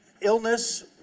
illness